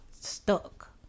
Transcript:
stuck